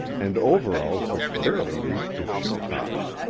and overalls which barely reached his shoe-tops.